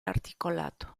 articolato